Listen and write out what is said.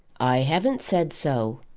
i haven't said so.